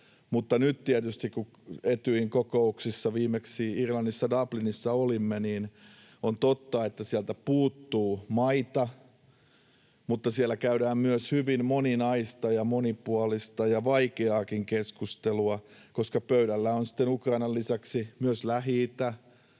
On tietysti totta, että Etyjin kokouksista — olimme viimeksi Irlannissa, Dublinissa — puuttuu maita, mutta siellä käydään myös hyvin moninaista ja monipuolista ja vaikeaakin keskustelua, koska pöydällä on Ukrainan lisäksi myös Lähi-itä,